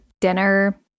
dinner